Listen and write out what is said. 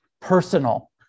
personal